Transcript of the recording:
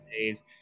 days